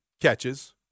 catches